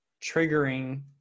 triggering